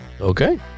Okay